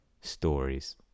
stories